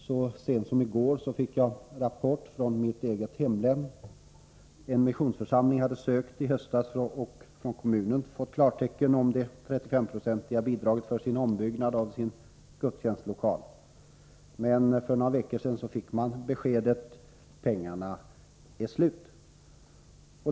Så sent som i går fick jag en rapport från mitt hemlän om en missionsförsamling som i höstas hade sökt och från kommunen fått klartecken om det 35-procentiga bidraget för ombyggnad av sin gudstjänstlokal. Några veckor senare fick församlingen besked om att pengarna var slut.